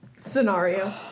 scenario